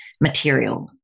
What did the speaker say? material